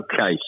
Okay